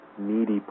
needy